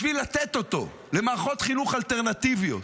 בשביל לתת אותו למערכות חינוך אלטרנטיביות,